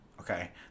Okay